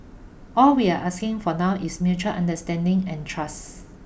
all we're asking for now is mutual understanding and trust